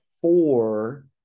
four